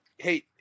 Hey